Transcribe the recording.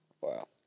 Wow